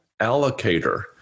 Allocator